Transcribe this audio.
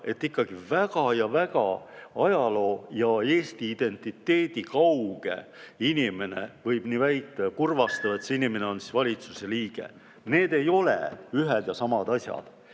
et ikkagi väga ajaloo- ja eesti identiteedi kauge inimene võib nii väita. Ja kurvastav [on see], et see inimene on valitsuse liige. Need ei ole ühed ja samad asjad.